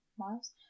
miles